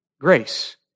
Grace